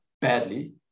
badly